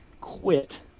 quit